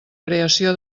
creació